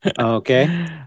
Okay